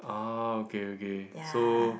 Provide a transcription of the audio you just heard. uh okay okay so